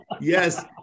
Yes